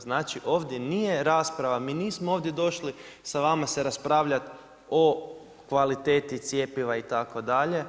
Znači, ovdje nije rasprava, mi nismo ovdje došli sa vama se raspravljati o kvaliteti cjepiva itd.